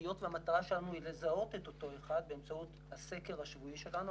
היות שהמטרה שלנו היא לזהות את אותו אחד באמצעות הסקר השבועי שלנו,